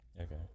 Okay